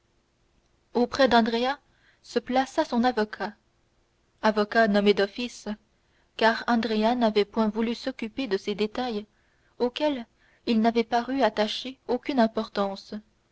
auprès d'andrea se plaça son avocat avocat nommé d'office car andrea n'avait point voulu s'occuper de ces détails auxquels il n'avait paru attacher aucune importance